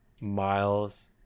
Miles